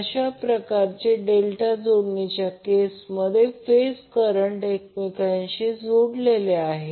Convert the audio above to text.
कशाप्रकारे डेल्टा जोडणीच्या केसमध्ये फेज करंटने एकमेकांशी जोडले आहे